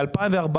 ב-2014,